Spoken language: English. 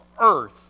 earth